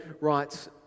writes